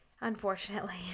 unfortunately